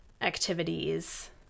activities